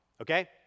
okay